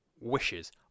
wishes